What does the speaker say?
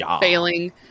failing